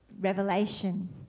Revelation